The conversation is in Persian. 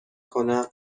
کنم